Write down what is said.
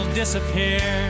disappear